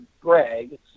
Greg